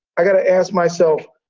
i got to ask myself,